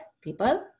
people